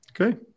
okay